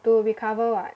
to recover [what]